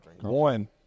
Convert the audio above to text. One